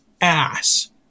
ass